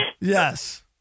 Yes